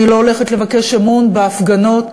אני לא הולכת לבקש אמון בהפגנות,